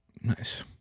Nice